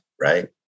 Right